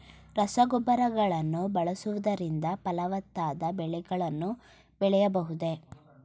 ರಸಗೊಬ್ಬರಗಳನ್ನು ಬಳಸುವುದರಿಂದ ಫಲವತ್ತಾದ ಬೆಳೆಗಳನ್ನು ಬೆಳೆಯಬಹುದೇ?